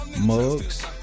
mugs